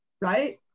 right